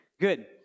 Good